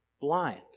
blind